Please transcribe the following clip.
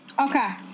Okay